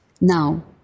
Now